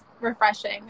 refreshing